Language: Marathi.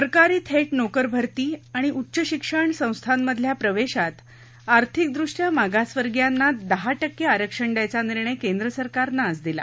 सरकारी थेट नोकरभर्ती आणि उच्च शिक्षण संस्थांमधल्या प्रवेशात आर्थिकदृष्ट्या मागासवर्गीयांना दहा टक्के आरक्षण द्यायचा निर्णय केंद्रसरकारनं आज घेतला